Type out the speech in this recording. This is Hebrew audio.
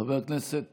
חבר הכנסת